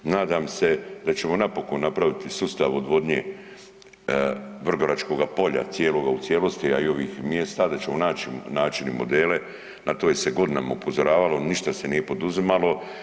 Nadam se da ćemo napokon napraviti sustav odvodnje vrgoračkoga polja, cijeloga u cijelosti, a i ovih mjesta, da ćemo naći načine i modele, na to se je godinama upozoravalo, ništa se nije poduzimalo.